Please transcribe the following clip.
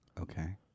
Okay